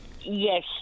Yes